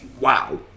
Wow